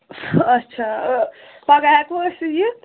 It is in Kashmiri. اَچھا پَگاہ ہیٚکوٕ تیٚلہِ أسۍ یِتھ